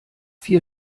vier